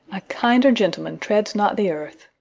a kinder gentleman treads not the earth.